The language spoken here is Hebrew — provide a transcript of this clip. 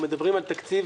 אנחנו מדברים על תקציב